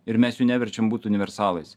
ir mes jų neverčiam būt universalais